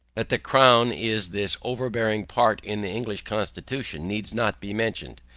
that the crown is this overbearing part in the english constitution needs not be mentioned,